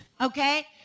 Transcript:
Okay